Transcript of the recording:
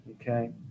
okay